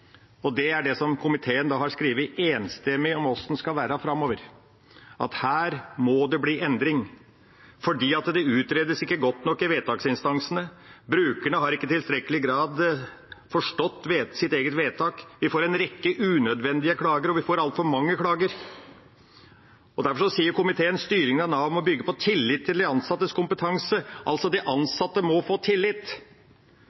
og det er det som komiteen har skrevet enstemmig om hvordan skal være framover, at her må det bli endring fordi det ikke utredes godt nok i vedtaksinstansene. Brukerne har ikke i tilstrekkelig grad forstått sitt eget vedtak. Man får en rekke unødvendige klager, og man får altfor mange klager. Derfor sier komiteen at «styringen av Nav skal bygge på tillit til de ansattes kompetanse». Altså må de